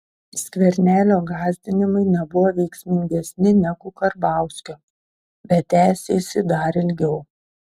skvernelio gąsdinimai nebuvo veiksmingesni negu karbauskio bet tęsėsi dar ilgiau